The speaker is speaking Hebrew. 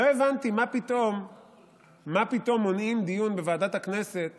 לא הבנתי מה פתאום מונעים דיון בוועדת הכנסת